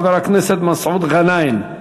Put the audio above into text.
חבר הכנסת מסעוד גנאים.